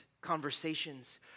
conversations